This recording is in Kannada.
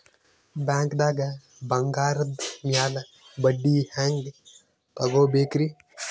ಬ್ಯಾಂಕ್ದಾಗ ಬಂಗಾರದ್ ಮ್ಯಾಲ್ ಬಡ್ಡಿ ಹೆಂಗ್ ತಗೋಬೇಕ್ರಿ?